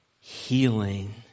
healing